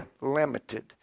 limited